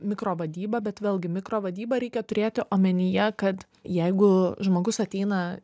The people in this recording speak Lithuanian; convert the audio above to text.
mikrovadyba bet vėlgi mikrovadyba reikia turėti omenyje kad jeigu žmogus ateina